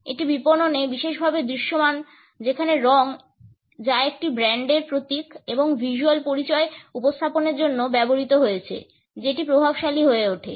এটি বিপণনে বিশেষভাবে দৃশ্যমান যেখানে রঙ যা একটি ব্র্যান্ডের প্রতীক এবং ভিজ্যুয়াল পরিচয় উপস্থাপনের জন্য ব্যবহৃত হয়েছে যেটি প্রভাবশালী হয়ে ওঠে